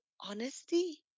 honesty